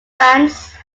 bands